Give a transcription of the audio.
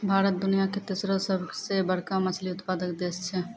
भारत दुनिया के तेसरो सभ से बड़का मछली उत्पादक देश छै